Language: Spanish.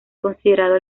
considerado